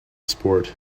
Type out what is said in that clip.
sport